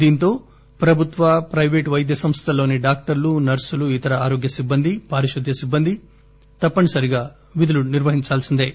దీంతో ప్రభుత్వ ప్రైవేటు వైద్య సంస్థల్లోని డాక్టర్లు నర్సులు ఇతర ఆరోగ్య సిబ్బంది పారిశుద్ధ్య సిబ్బంది తప్పనిసరిగా విధులు నిర్వహిందాల్సిందే